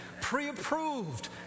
pre-approved